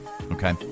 Okay